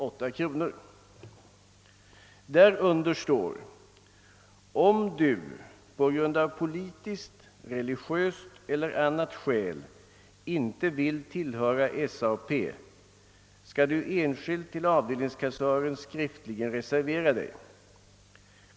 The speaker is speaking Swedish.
Under den uppräkningen står följande: »Om Du på grund av politiskt, religiöst eller annat skäl inte vill tillhöra SAP, skall Du enskilt till avdelningskassören skriftligen reservera Dig.